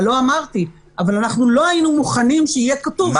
אבל לא היינו מוכנים שיהיה כתוב 300,